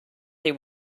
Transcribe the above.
they